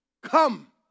come